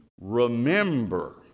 remember